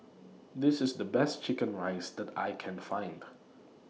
This IS The Best Chicken Rice that I Can Find